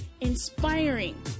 inspiring